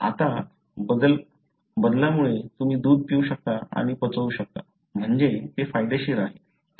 आता बदलामुळे तुम्ही दूध पिऊ शकता आणि पचवू शकता म्हणजे ते फायदेशीर आहे